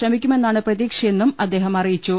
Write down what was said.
ശ്രമിക്കുമെന്നാണ് പ്രതീക്ഷയെന്നും അദ്ദേഹം അറിയിച്ചു